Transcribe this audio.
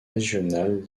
régional